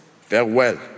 farewell